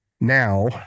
Now